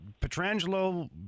Petrangelo